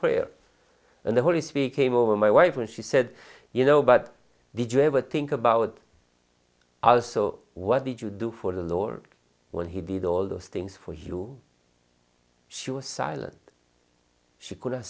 prayer and the holy spirit came over my wife and she said you know but did you ever think about us so what did you do for the lord when he did all those things for you she was silent she could